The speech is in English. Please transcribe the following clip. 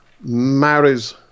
marries